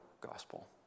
gospel